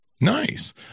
Nice